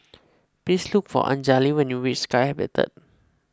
please look for Anjali when you reach Sky Habitat